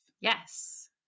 Yes